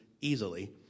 easily